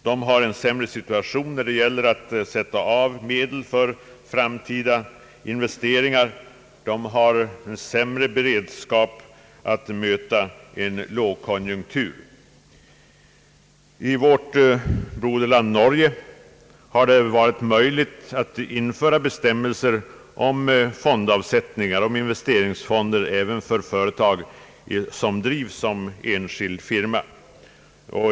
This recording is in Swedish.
De har en sämre situation när det gäller att sätta av medel till framtida investeringar, och de har en sämre beredskap för att möta en lågkonjunktur. I vårt broderland Norge har det varit möjligt att införa bestämmelser om investeringsfonder även för företag som drivs som enskild firma.